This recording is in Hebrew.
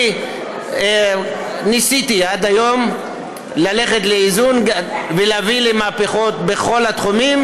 אני ניסיתי עד היום ללכת לאיזון ולהביא למהפכות בכל התחומים.